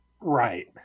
Right